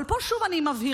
אבל פה שוב אני מבהירה,